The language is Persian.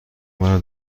مرا